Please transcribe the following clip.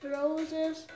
Roses